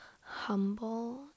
humble